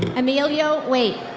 emilio waight.